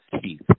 teeth